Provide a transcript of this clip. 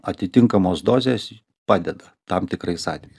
atitinkamos dozės padeda tam tikrais atvejais